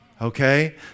Okay